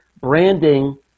branding